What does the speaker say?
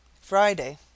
Friday